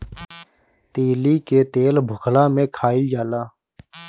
तीली के तेल भुखला में खाइल जाला